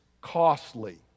costly